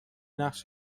نقش